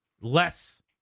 Less